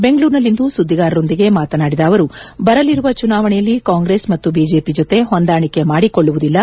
ಬೆಂಗಳೂರಿನಲ್ಲಿಂದು ಸುದ್ದಿಗಾರರೊಂದಿಗೆ ಮಾತನಾಡಿದ ಅವರು ಬರಲಿರುವ ಚುನಾವಣೆಯಲ್ಲಿ ಕಾಂಗ್ರೆಸ್ ಮತ್ತು ಬಿಜೆಪಿ ಜೊತೆ ಹೊಂದಾಣಿಕೆ ಮಾಡಿಕೊಳ್ಳುವುದಿಲ್ಲ